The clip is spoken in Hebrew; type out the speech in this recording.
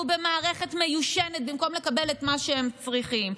במערכת מיושנת במקום לקבל את מה שהם צריכים?